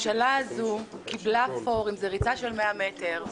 המשלה הזו קיבלה פור אם זו ריצה של 100 מטר,